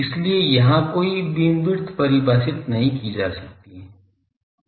इसलिए यहाँ कोई बीम विड्थ परिभाषित नहीं की जा सकती है